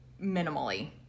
minimally